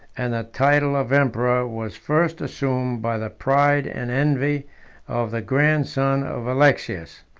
and the title of emperor was first assumed by the pride and envy of the grandson of alexius.